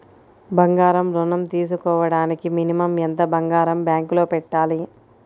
బంగారం ఋణం తీసుకోవడానికి మినిమం ఎంత బంగారం బ్యాంకులో పెట్టాలి?